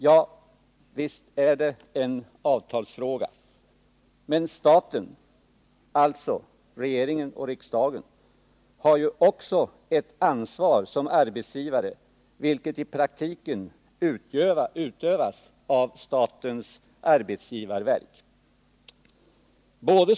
Ja, visst är det en avtalsfråga, men staten — regering och riksdag — har också ett ansvar som arbetsgivare, vilket i praktiken utövas av statens arbetsgivarverk.